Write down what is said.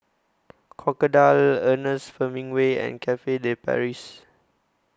Crocodile Ernest Hemingway and Cafe De Paris